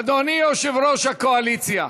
אדוני יושב-ראש הקואליציה.